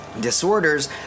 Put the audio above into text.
disorders